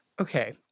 okay